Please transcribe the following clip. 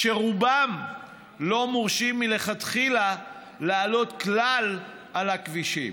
ורובם לא מורשים מלכתחילה לעלות כלל על הכבישים.